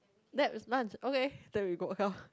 that's lunch okay then we go okay lor